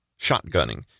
Shotgunning